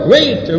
Wait